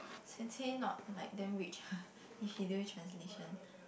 Sensei not like damn rich if she do translation